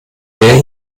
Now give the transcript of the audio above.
der